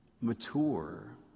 mature